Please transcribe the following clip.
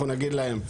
אנחנו נגיד להם,